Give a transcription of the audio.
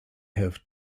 have